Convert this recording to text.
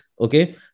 Okay